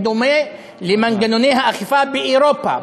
בדומה למנגנוני האכיפה באירופה.